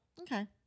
okay